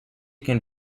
can